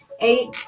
eight